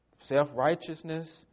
self-righteousness